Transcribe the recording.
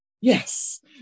Yes